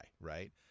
Right